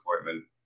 appointment